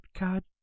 God